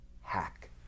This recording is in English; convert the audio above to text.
hack